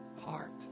heart